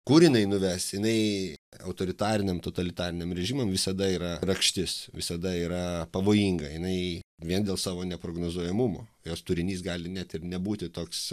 kur jinai nuves jinai autoritariniam totalitariniam režimam visada yra rakštis visada yra pavojinga jinai vien dėl savo neprognozuojamumo jos turinys gali net ir nebūti toks